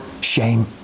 shame